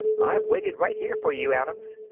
i've waited right here for you, adams,